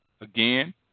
Again